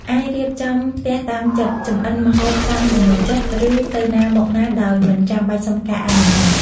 អាចរៀបចំផ្ទះតាមចិត្ត ចម្អិនម្ហូបតាមចំណូលចិត្ត ឬទៅណាមកណាដោយមិនចាំបាច់សុំការអនុញ្ញាត។